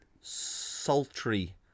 sultry